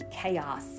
chaos